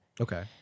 Okay